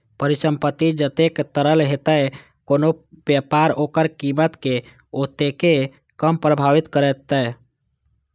परिसंपत्ति जतेक तरल हेतै, कोनो व्यापार ओकर कीमत कें ओतेक कम प्रभावित करतै